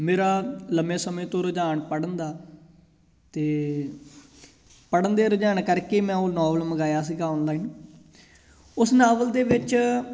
ਮੇਰਾ ਲੰਮੇ ਸਮੇਂ ਤੋਂ ਰੁਝਾਨ ਪੜ੍ਹਨ ਦਾ ਅਤੇ ਪੜ੍ਹਨ ਦੇ ਰੁਝਾਨ ਕਰਕੇ ਮੈਂ ਉਹ ਨੋਵਲ ਮੰਗਵਾਇਆ ਸੀਗਾ ਔਨਲਾਈਨ ਉਸ ਨਾਵਲ ਦੇ ਵਿੱਚ